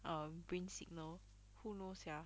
um brain signal who knows sia